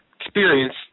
experience